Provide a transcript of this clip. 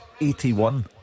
81